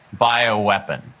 bioweapon